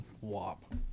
wop